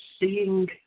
seeing